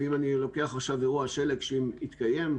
ואם אני לוקח עכשיו אירוע שלג שהתקיים,